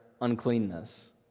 uncleanness